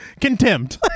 Contempt